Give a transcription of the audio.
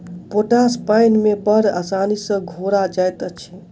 potash पाइन मे बड़ आसानी सॅ घोरा जाइत अछि